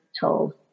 told